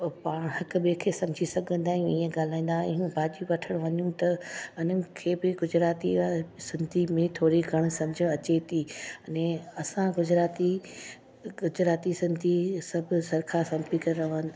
पाण हिकु ॿिए खे सम्झी सघंदा आहिनि ईअं ॻाल्हाईंदा आहियूं भाॼियूं वठणु वञूं त अने मूंखे बि गुजराती ऐं सिंधी में थोरी घणी सम्झ अचे थी अने असां गुजराती गुजराती सिंधी सभु सरखा सम्पी करे रहनि